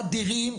אדירים.